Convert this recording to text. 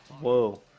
whoa